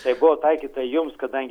tai buvo taikyta jums kadangi